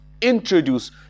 introduce